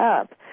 up